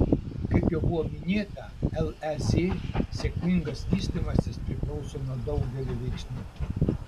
kaip jau buvo minėta lez sėkmingas vystymasis priklauso nuo daugelio veiksnių